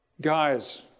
guys